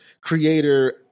creator